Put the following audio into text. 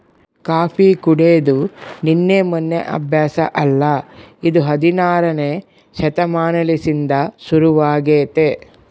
coffee ಕುಡೆದು ನಿನ್ನೆ ಮೆನ್ನೆ ಅಭ್ಯಾಸ ಅಲ್ಲ ಇದು ಹದಿನಾರನೇ ಶತಮಾನಲಿಸಿಂದ ಶುರುವಾಗೆತೆ